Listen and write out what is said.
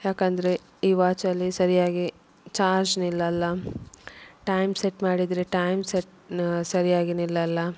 ಯಾಕಂದರೆ ಈ ವಾಚಲ್ಲಿ ಸರಿಯಾಗಿ ಚಾರ್ಜ್ ನಿಲ್ಲಲ್ಲ ಟೈಮ್ ಸೆಟ್ ಮಾಡಿದರೆ ಟೈಮ್ ಸೆಟ್ ಸರಿಯಾಗಿ ನಿಲ್ಲಲ್ಲ